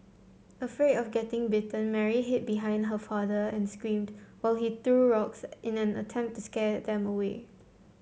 afraid of getting bitten Mary hid behind her father and screamed while he threw rocks in an attempt to scare them away